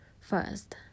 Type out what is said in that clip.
first